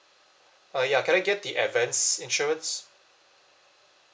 uh ya can I get the advanced insurance